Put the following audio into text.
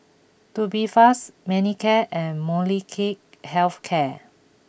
Tubifast Manicare and Molnylcke Health Care